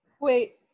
wait